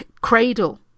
cradle